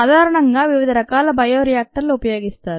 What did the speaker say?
సాధారణంగా వివిధ రకాల బయో రియాక్టర్లు ఉపయోగిస్తారు